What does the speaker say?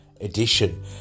edition